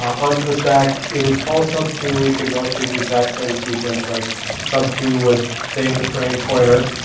onto the stack it would call sub two, we could go through the exact same sequence right sub two would save the frame pointer,